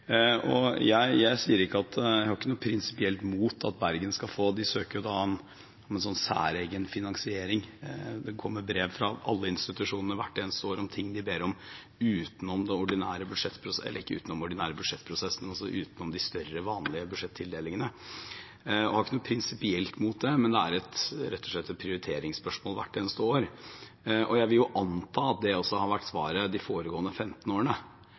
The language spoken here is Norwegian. studier. Jeg har ikke noe prinsipielt imot at Bergen skal få – de søker da om en sånn særegen finansiering. Det kommer brev fra alle institusjonene hvert eneste år om ting de ber om utenom de større, vanlige budsjettildelingene. Jeg har ikke noe prinsipielt imot det, men det er rett og slett et prioriteringsspørsmål hvert eneste år. Jeg vil anta at det også har vært svaret de foregående 15 årene.